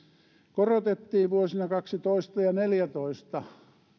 korotettiin vuosina kaksituhattakaksitoista ja kaksituhattaneljätoista